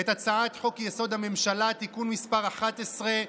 את הצעת חוק-יסוד: הממשלה (תיקון מס' 11)